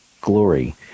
glory